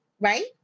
right